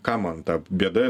kam man ta bėda